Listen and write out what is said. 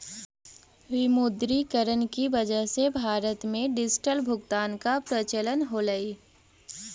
विमुद्रीकरण की वजह से भारत में डिजिटल भुगतान का प्रचलन होलई